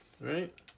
right